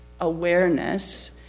awareness